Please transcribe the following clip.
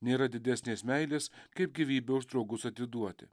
nėra didesnės meilės kaip gyvybę už draugus atiduoti